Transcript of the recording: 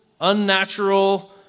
unnatural